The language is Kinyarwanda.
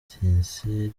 etincelles